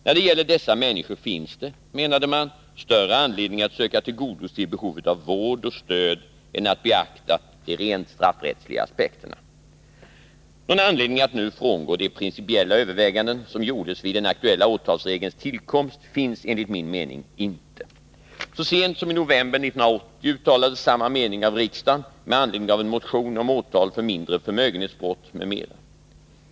När det gäller dessa människor finns det, menade man, större anledning att söka tillgodose behovet av vård och stöd än att beakta de rent straffrättsliga aspekterna. Någon anledning att nu frångå de principiella överväganden som gjordes vid den aktuella åtalsregelns tillkomst finns enligt min mening inte. Så sent som i november 1980 uttalades samma mening av riksdagen med anledning av en motion om åtal för mindre förmögenhetsbrott m.m.